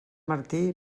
martí